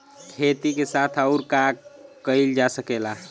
खेती के साथ अउर का कइल जा सकेला?